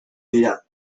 dira